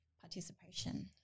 participation